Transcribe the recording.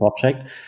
project